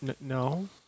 No